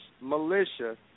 militia